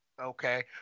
okay